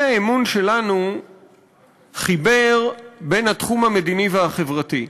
האי-אמון שלנו חיבר בין התחום המדיני והחברתי.